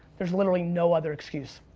there's literally no other excuse.